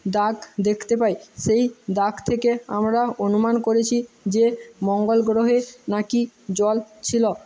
দাগ দেখতে পাই সেই দাগ থেকে আমরা অনুমান করেছি যে মঙ্গল গ্রহে না কি জল ছিলো